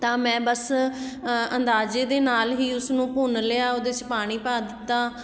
ਤਾਂ ਮੈਂ ਬੱਸ ਅੰਦਾਜ਼ੇ ਦੇ ਨਾਲ ਹੀ ਉਸਨੂੰ ਭੁੰਨ ਲਿਆ ਉਹਦੇ 'ਚ ਪਾਣੀ ਪਾ ਦਿੱਤਾ